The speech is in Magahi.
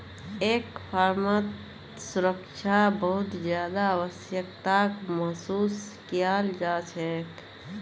एक फर्मत सुरक्षा बहुत ज्यादा आवश्यकताक महसूस कियाल जा छेक